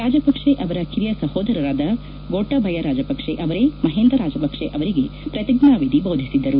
ರಾಜಪಕ್ಷೆ ಅವರ ಕಿರಿಯ ಸಹೋದರರಾದ ಗೋಟಾಬಯಾ ರಾಜಪಕ್ಷೆ ಅವರೇ ಮಹಿಂದಾ ರಾಜಪಕ್ಷೆ ಅವರಿಗೆ ಪ್ರತಿಜ್ಞಾವಿಧಿ ದೋಧಿಸಿದರು